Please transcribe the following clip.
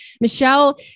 Michelle